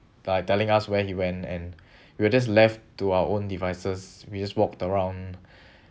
like telling us where he went and we were just left to our own devices we just walked around